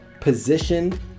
position